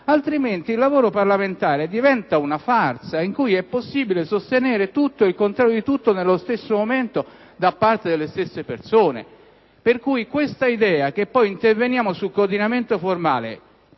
Altrimenti il lavoro parlamentare diventa una farsa in cui è possibile sostenere tutto e il contrario di tutto, nello stesso momento, da parte delle stesse persone. Quindi, l'idea che interveniamo sul coordinamento formale